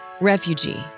Refugee